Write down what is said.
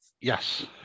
Yes